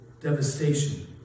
devastation